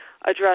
address